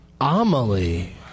Amelie